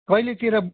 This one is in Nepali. कहिलेतिर